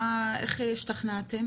למה, איך השתכנעתם,